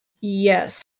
Yes